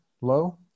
low